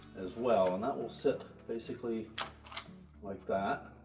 as well, and that will sit basically like that,